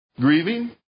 Grieving